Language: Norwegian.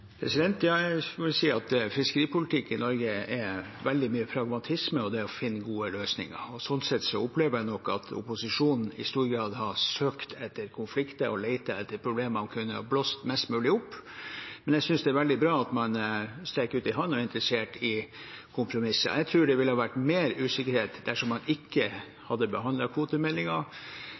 Jeg må si at fiskeripolitikk i Norge er veldig mye pragmatisme og det å finne gode løsninger. Sånn sett opplever jeg nok at opposisjonen i stor grad har søkt etter konflikter og lett etter problemer for å kunne blåse dem mest mulig opp. Men jeg synes det er veldig bra at man strekker ut en hånd og er interessert i kompromisser. Jeg tror det ville vært mer usikkerhet om man ikke hadde